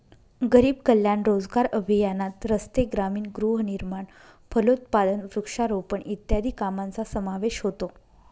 गरीब कल्याण रोजगार अभियानात रस्ते, ग्रामीण गृहनिर्माण, फलोत्पादन, वृक्षारोपण इत्यादी कामांचा समावेश होतो